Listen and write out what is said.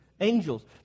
angels